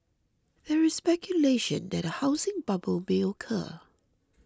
there is speculation that a housing bubble may occur